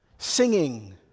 singing